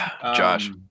Josh